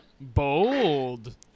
bold